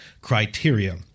criteria